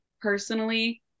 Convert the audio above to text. personally